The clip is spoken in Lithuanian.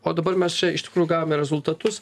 o dabar mes čia iš tikrųjų gavome rezultatus